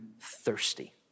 thirsty